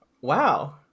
Wow